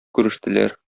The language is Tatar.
күрештеләр